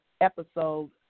episode